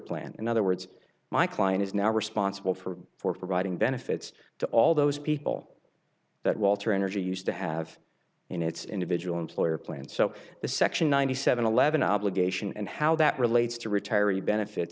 plan in other words my client is now responsible for for providing benefits to all those people that walter energy used to have in its individual employer plan so the section ninety seven eleven obligation and how that relates to retiring benefit